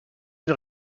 une